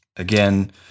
Again